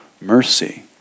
mercy